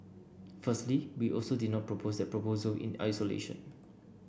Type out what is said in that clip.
firstly we also did not propose that proposal in isolation